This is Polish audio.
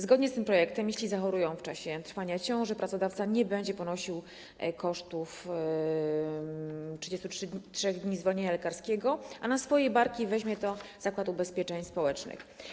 Zgodnie z tym projektem jeśli zachorują w czasie trwania ciąży, pracodawca nie będzie ponosił kosztów 33 dni zwolnienia lekarskiego, a na swoje barki weźmie to Zakład Ubezpieczeń Społecznych.